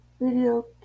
video